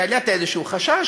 העלית איזשהו חשש,